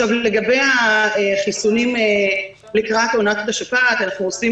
לגבי החיסונים לקראת עונת השפעת אנחנו עושים